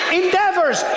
endeavors